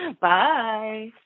bye